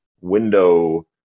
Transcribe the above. window